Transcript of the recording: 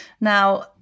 Now